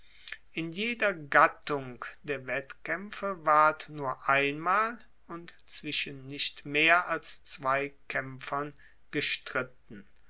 in jeder gattung der wettkaempfe ward nur einmal und zwischen nicht mehr als zwei kaempfern gestritten